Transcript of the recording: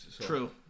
True